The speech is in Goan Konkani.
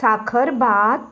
साखरभात